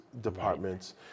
departments